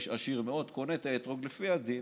איש עשיר מאוד, קונה את האתרוג, לפי הדין